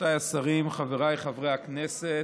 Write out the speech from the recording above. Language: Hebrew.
רבותיי השרים, חבריי חברי הכנסת,